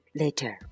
later